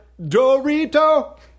Dorito